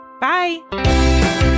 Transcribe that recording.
Bye